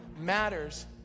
matters